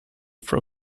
from